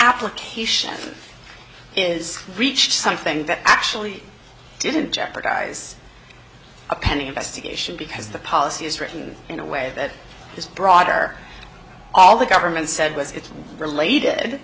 application is breach something that actually didn't jeopardize a pending investigation because the policy is written in a way that is broader all the government said was it's related